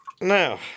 Now